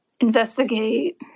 Investigate